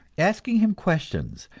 asking him questions,